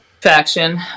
faction